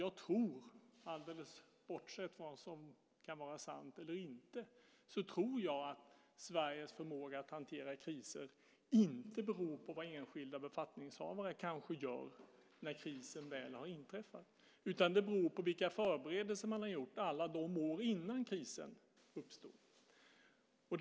Jag tror, alldeles bortsett från vad som kan vara sant eller inte, att Sveriges förmåga att hantera kriser inte beror på vad enskilda befattningshavare kanske gör när krisen väl har inträffat. Det beror på vilka förberedelser man har gjort under alla år innan dess att krisen uppstod.